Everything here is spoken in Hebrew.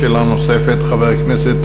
שאלה נוספת, חבר הכנסת